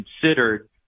considered